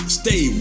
stay